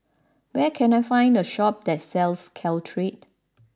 where can I find a shop that sells Caltrate